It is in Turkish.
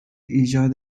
icat